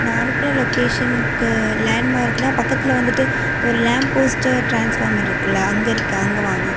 நான் அனுப்பின லொக்கேஷனுக்கு லேன் மார்க் பக்கத்தில் வந்துவிட்டு ஒரு லேம்ப் போஸ்ட் ட்ரான்ஸ்ஃபார்மர் இருக்குது அங்கே இருக்கேன் அங்கே வாங்க